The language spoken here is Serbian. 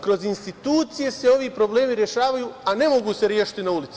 Kroz institucije se ovi problemi rešavaju, a ne mogu se rešiti na ulici.